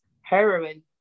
heroin